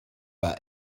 war